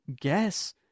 guess